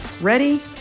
Ready